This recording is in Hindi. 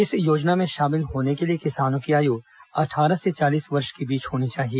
इस योजना में शामिल होने के लिए किसानों की आयु अट्ठारह से चालीस वर्ष के बीच होनी चाहिए